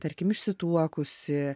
tarkim išsituokusi